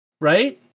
right